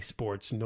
Sports